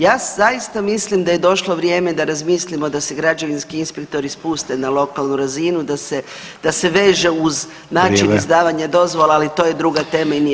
Ja zaista mislim da je došlo vrijeme da razmislimo da se građevinski inspektori spuste na lokalnu razinu, da se veže uz način izdavanja [[Upadica: Vrijeme.]] dozvola, ali to je druga tema i nije